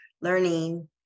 learning